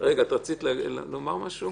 את רצית לומר משהו?